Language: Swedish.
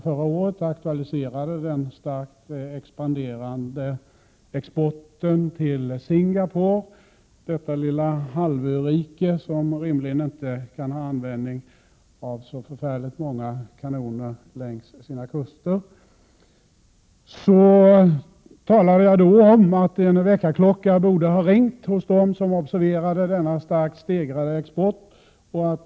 Förra året aktualiserade jag den starkt expanderande exporten till Singapore, detta lilla halvörike som rimligen inte kan ha användning för så förfärligt många kanoner längs sina kuster. Jag talade då om att en väckarklocka borde ha ringt hos dem som observerade denna starkt stegrande export.